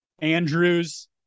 Andrews